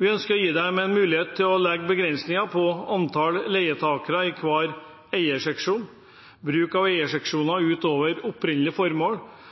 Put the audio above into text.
Vi ønsker å gi dem mulighet til å legge begrensninger på antallet leietagere i hver eierseksjon, bruk av eierseksjoner utover opprinnelig formål